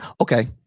Okay